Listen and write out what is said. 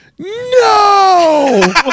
no